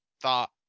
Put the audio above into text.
thought